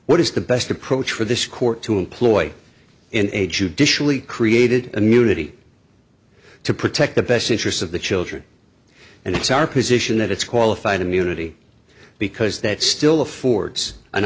what is the best approach for this court to employ in a judicially created immunity to protect the best interests of the children and it's our position that it's qualified immunity because that still affords an